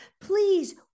Please